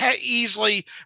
easily